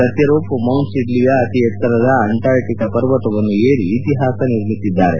ಸತ್ಯರೂಪ್ ಮೌಂಟ್ಸಿಡ್ಡಿಯ ಅತಿ ಎತ್ತರದ ಅಂಟಾರ್ಟಿಕಾ ಪರ್ವತವನ್ನು ಏರಿ ಇತಿಹಾಸ ನಿರ್ಮಿಸಿದ್ದಾರೆ